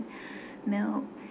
milk